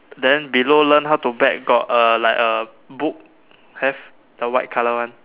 then below learn how to bet got a like a book have the white colour one